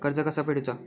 कर्ज कसा फेडुचा?